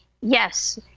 Yes